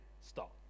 stop